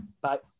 Bye